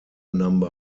number